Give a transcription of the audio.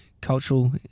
cultural